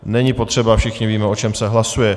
Není potřeba, všichni víme, o čem se hlasuje.